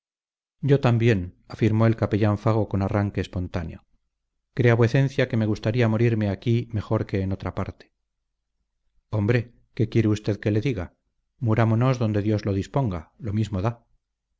yo también afirmó el capellán fago con arranque espontáneo crea vuecencia que me gustaría morirme aquí mejor que en otra parte hombre qué quiere usted que le diga murámonos donde dios lo disponga lo mismo da